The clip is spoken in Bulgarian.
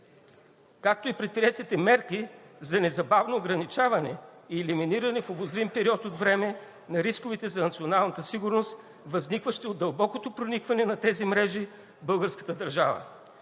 както и предприетите мерки за незабавното ограничаване и елиминиране в обозрим период от време на рисковете за националната сигурност, възникващи от дълбокото проникване на тези мрежи в българската държава.